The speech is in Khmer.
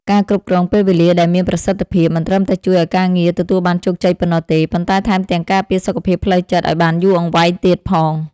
ការគ្រប់គ្រងពេលវេលាដែលមានប្រសិទ្ធភាព មិនត្រឹមតែជួយឱ្យការងារទទួលបានជោគជ័យប៉ុណ្ណោះទេ ប៉ុន្តែថែមទាំងការពារសុខភាពផ្លូវចិត្តឱ្យបានយូរអង្វែងទៀតផង។